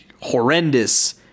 horrendous